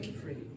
free